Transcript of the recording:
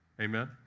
Amen